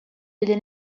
billi